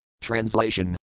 Translation